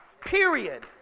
period